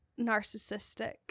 narcissistic